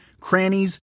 crannies